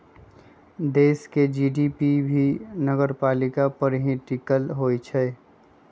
देश के जी.डी.पी भी नगरपालिका पर ही टिकल होई छई